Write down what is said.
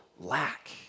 lack